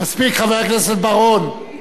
חבר הכנסת בר-און,